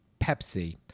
Pepsi